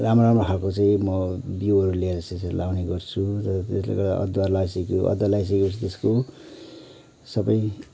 राम्रो राम्रो खालको चाहिँ म बिउहरू लिएर चाहिँ यसरी लाउने गर्छु र त्यसले गर्दा अदुवा लाइसक्यो अदुवा लाइसके पछि त्यसको सबै